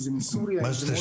אם זה מסוריה למשל.